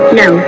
no